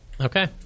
Okay